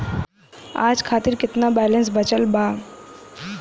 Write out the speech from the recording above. आज खातिर केतना बैलैंस बचल बा?